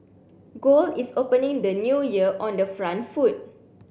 gold is opening the new year on the front foot